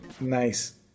Nice